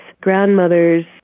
grandmother's